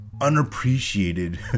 unappreciated